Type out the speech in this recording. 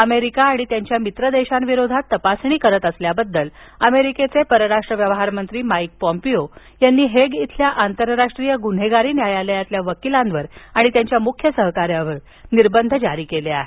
America आणि त्यांच्या मित्र देशांविरोधात तपासणी करत असल्याबद्दल अमेरिकेचे परराष्ट्र व्यवहार मंत्री माईक पोम्पिओ यांनी हेग इथल्या आंतरराष्ट्रीय गुन्हेगारी न्यायालयातील वकिलावर आणि त्यांच्या मुख्य सहकाऱ्यावर निर्बंध जारी केले आहेत